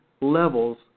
levels